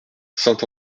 saint